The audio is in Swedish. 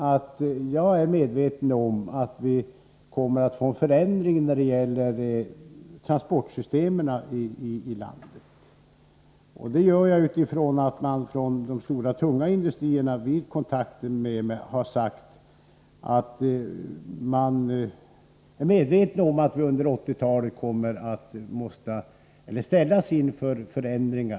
Utgångspunkten är att det kommer att ske förändringar när det gäller transportsystemen i landet. Representanter för de stora och tunga industrierna har vid kontakter med mig sagt att de är medvetna om att vi under 1980-talet kommer att ställas inför förändringar.